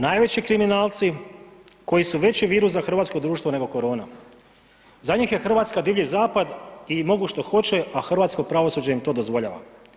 Najveći kriminalci koji su veći virus za hrvatsko društvo nego korona, za njih je Hrvatska Divlji zapad i mogu što hoće, a hrvatsko pravosuđe im to dozvoljava.